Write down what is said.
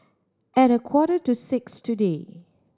at a quarter to six today